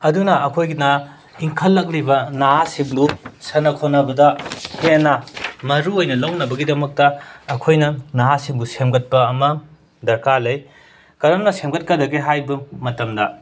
ꯑꯗꯨꯅ ꯑꯩꯈꯣꯏꯒꯤꯅ ꯏꯟꯈꯠꯂꯛꯂꯤꯕ ꯅꯍꯥꯁꯤꯡꯕꯨ ꯁꯥꯟꯅ ꯈꯣꯠꯅꯕꯗ ꯍꯦꯟꯅ ꯃꯔꯨꯑꯣꯏꯅ ꯂꯧꯅꯕꯒꯤꯗꯃꯛꯇ ꯑꯩꯈꯣꯏꯅ ꯅꯍꯥꯁꯤꯡꯕꯨ ꯁꯦꯝꯒꯠꯄ ꯑꯃ ꯗꯔꯀꯥꯔ ꯂꯩ ꯀꯔꯝꯅ ꯁꯦꯝꯒꯠꯀꯗꯒꯦ ꯍꯥꯏꯕ ꯃꯇꯝꯗ